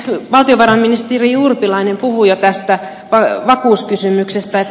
valtiovarainministeri urpilainen puhui jo tästä vakuuskysymyksestä